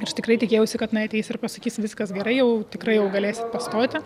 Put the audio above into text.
ir aš tikrai tikėjausi kad jinai ateis ir pasakys viskas gerai jau tikrai jau galėsit pastoti